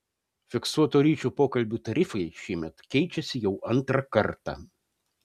fiksuoto ryšio pokalbių tarifai šįmet keičiasi jau antrą kartą